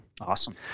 Awesome